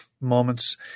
moments